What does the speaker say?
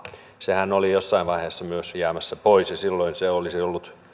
sehän oli jossain vaiheessa myös jäämässä pois ja silloin se olisi ollut